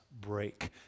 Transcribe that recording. break